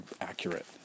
accurate